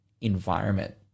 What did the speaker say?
environment